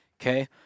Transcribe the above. okay